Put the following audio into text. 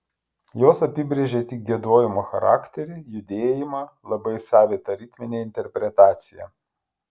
jos apibrėžė tik giedojimo charakterį judėjimą labai savitą ritminę interpretaciją